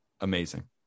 amazing